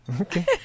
Okay